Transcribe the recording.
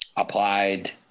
applied